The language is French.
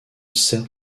sert